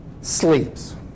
sleeps